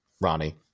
Ronnie